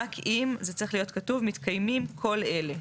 רק אם מתקיימים כל מאלה: רק אם זה צריך להיות כתוב מתקיימים כל אלה,